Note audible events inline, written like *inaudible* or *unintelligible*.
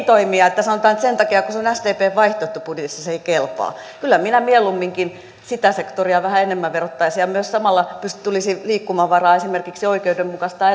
*unintelligible* toimia niin että sanotaan että sen takia kun se on sdpn vaihtoehtobudjetissa se ei kelpaa kyllä minä mieluumminkin sitä sektoria vähän enemmän verottaisin ja samalla tulisi liikkumavaraa esimerkiksi oikeudenmukaistaa *unintelligible*